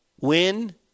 Win